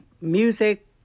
music